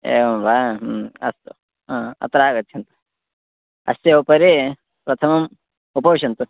एवं वा ह्म् अस्तु आम् अत्र आगच्छन्तु अस्य उपरि प्रथमं उपविशन्तु